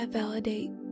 validate